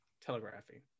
telegraphy